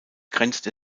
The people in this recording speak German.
grenzt